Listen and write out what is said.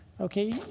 Okay